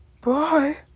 Bye